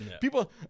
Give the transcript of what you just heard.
People